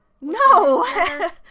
No